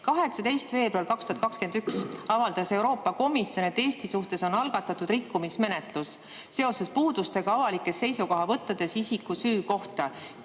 18. veebruaril 2021 avaldas Euroopa Komisjon, et Eesti suhtes on algatatud rikkumismenetlus seoses puudustega avalikes seisukohavõttudes isiku süü kohta.